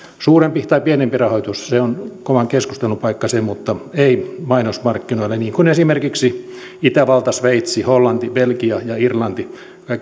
suurempi tai pienempi rahoitus se on kovan keskustelun paikka se mutta ei mainosmarkkinoille niin kuin esimerkiksi itävalta sveitsi hollanti belgia ja irlanti